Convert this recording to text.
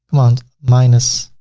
command minus,